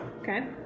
Okay